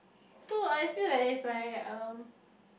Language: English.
so I feel like it's like um